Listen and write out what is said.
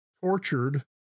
tortured